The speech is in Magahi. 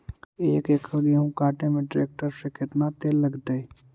एक एकड़ गेहूं काटे में टरेकटर से केतना तेल लगतइ?